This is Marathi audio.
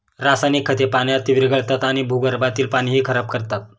रासायनिक खते पाण्यात विरघळतात आणि भूगर्भातील पाणीही खराब करतात